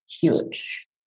huge